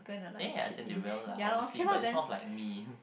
there as in they will lah obviously but it's more of like me